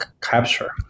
capture